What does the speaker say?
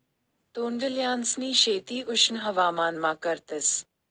तोंडल्यांसनी शेती उष्ण हवामानमा करतस